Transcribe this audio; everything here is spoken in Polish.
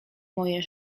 moje